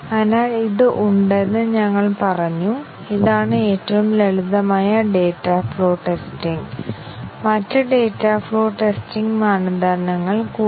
അതിനാൽ എത്ര ബൌണ്ടഡ് ഏരിയകൾ ഉണ്ട് ഇവിടെ നമുക്ക് ഒരു ബൌണ്ടഡ് ഏരിയയും ഇവിടെ മറ്റൊരു ബൌണ്ടഡ് ഏരിയയും ഉണ്ടെന്ന് നോക്കാം